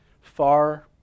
far